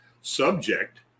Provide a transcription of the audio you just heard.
subject